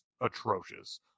atrocious